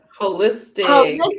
holistic